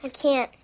can't.